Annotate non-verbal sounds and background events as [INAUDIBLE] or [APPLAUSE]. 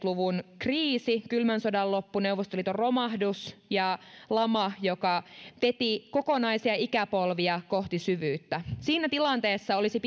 luvun kriisi kylmän sodan loppu neuvostoliiton romahdus ja lama joka veti kokonaisia ikäpolvia kohti syvyyttä siinä tilanteessa olisi [UNINTELLIGIBLE]